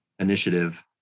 initiative